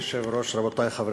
שר החינוך נפתלי בנט כאן אתנו.